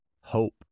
hope